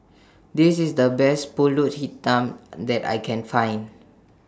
This IS The Best Pulut Hitam that I Can Find